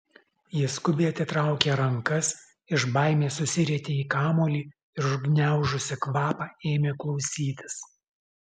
ji skubiai atitraukė rankas iš baimės susirietė į kamuolį ir užgniaužusi kvapą ėmė klausytis